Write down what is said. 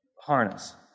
harness